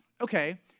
okay